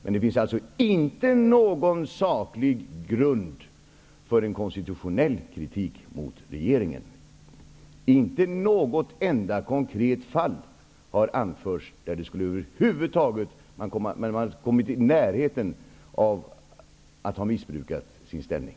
Men det finns alltså inte någon saklig grund för en konstitutionell kritik mot regeringen. Det har inte anförts ett enda konkret fall där regeringen över huvud taget ens har kommit i närheten av att ha missbrukat sin ställning.